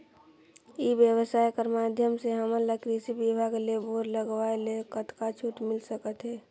ई व्यवसाय कर माध्यम से हमन ला कृषि विभाग ले बोर लगवाए ले कतका छूट मिल सकत हे?